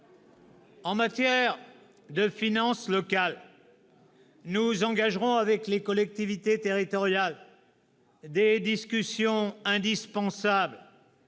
En matière de finances locales, nous engagerons avec les collectivités territoriales des discussions indispensables